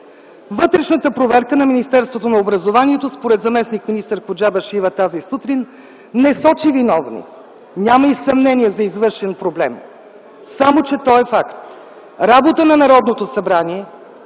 Вътрешната проверка на Министерството на образованието според заместник-министър Коджабашиева тази сутрин не сочи виновни, няма и съмнение за наличие на проблем. Само че той е факт. Работа на Народното събрание